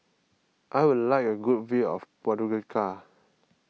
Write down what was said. I would like a good view of Podgorica